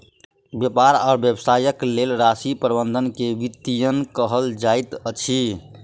व्यापार आ व्यवसायक लेल राशि प्रबंधन के वित्तीयन कहल जाइत अछि